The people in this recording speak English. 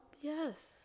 yes